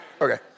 Okay